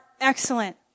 excellent